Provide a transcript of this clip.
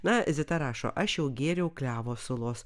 na zita rašo aš jau gėriau klevo sulos